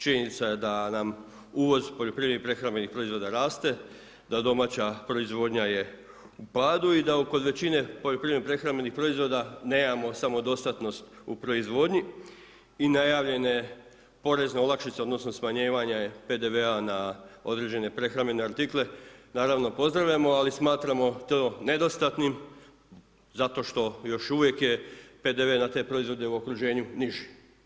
Činjenica je da nam uvoz poljoprivrednih prehrambenih proizvoda raste, da domaća proizvodnja je u padu i da kod većine poljoprivredno prehrambenih proizvoda nemamo samodostatnost u proizvodnji i najavljene porezne olakšice odnosno smanjivanje PDV-a na određene prehrambene artikle, naravno, pozdravljamo, ali smatramo to nedostatnim zato što još uvijek je PDV na te proizvode u okruženju niži.